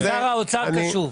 שר האוצר קשוב.